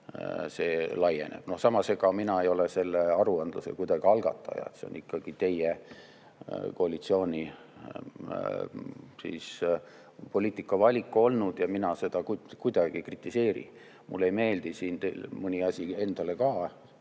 See laieneb. Samas, ega mina ei ole selle aruandluse kuidagi algataja. See on ikkagi teie koalitsiooni poliitikavalik olnud ja mina seda kuidagi ei kritiseeri. Mulle ei meeldi siin mõni asi endale ka,